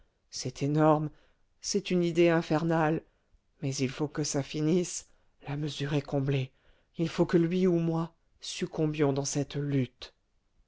c'est énorme c'est une idée infernale mais il faut que ça finisse la mesure est comblée il faut que lui ou moi succombions dans cette lutte